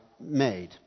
made